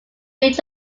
each